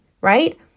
right